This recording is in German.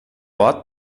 ort